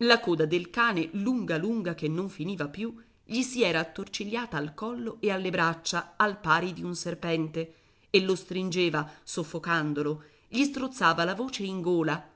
la coda del cane lunga lunga che non finiva più gli si era attorcigliata al collo e alle braccia al pari di un serpente e lo stringeva soffocandolo gli strozzava la voce in gola